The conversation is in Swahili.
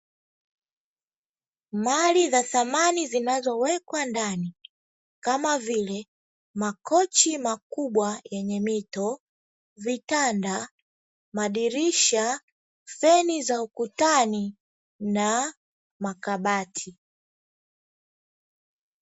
Mali za samani zinazowekwa ndani, kama vile: makochi makubwa yenye mito, vitanda, madirisha, feni za ukutani na makabati.